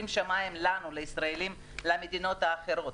לנו הישראלים את השמיים למדינות האחרות,